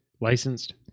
Licensed